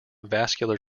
vascular